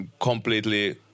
completely